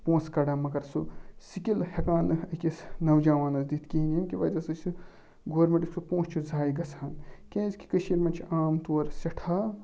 پونٛسہٕ کَڑان مگر سُہ سِکِل ہیٚکان نہٕ أکِس نوجوانَس دِتھ کِہیٖنۍ ییٚمہِ کہِ وجہ سۭتۍ سُہ گورمِنٹَس چھُ پونٛسہٕ چھُ زایہِ گژھان کیٛازِِکہِ کٔشیٖرِ منٛز چھِ عام طور سٮ۪ٹھاہ